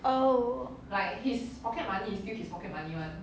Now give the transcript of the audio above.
oh